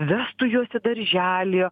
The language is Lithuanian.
vestų juos į darželį